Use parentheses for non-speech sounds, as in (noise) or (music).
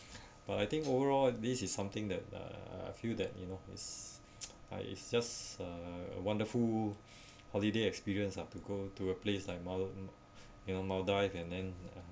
but I think overall this is something that uh I feel that you know it's (noise) I it's just a wonderful holiday experience lah to go to a place like mal~ you know maldives and then